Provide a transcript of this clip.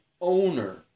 owner